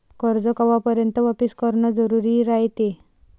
कर्ज कवापर्यंत वापिस करन जरुरी रायते?